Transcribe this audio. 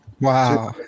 Wow